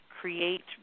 create